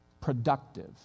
productive